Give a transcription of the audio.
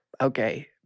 Okay